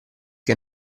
che